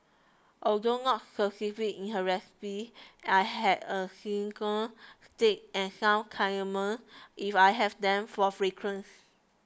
although not in her recipe I had a cinnamon stick and some cardamom if I have them for fragrance